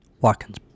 Watkins